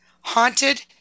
haunted